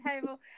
table